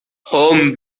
home